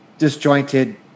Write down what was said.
disjointed